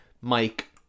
Mike